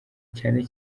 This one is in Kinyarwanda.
cyane